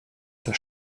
das